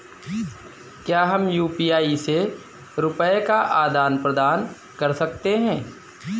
क्या हम यू.पी.आई से रुपये का आदान प्रदान कर सकते हैं?